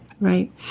right